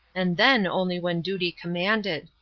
and then only when duty commanded.